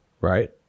Right